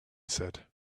said